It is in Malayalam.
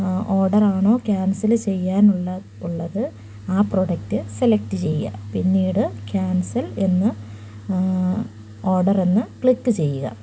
ഓർഡർ ആണോ ക്യാൻസല് ചെയ്യാൻ ഉള്ളത് ആ പ്രോഡക്റ്റ് സെലക്ട് ചെയ്യുക പിന്നീട് ക്യാൻസൽ എന്ന് ഓർഡർ എന്ന് ക്ലിക്ക് ചെയ്യുക